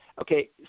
okay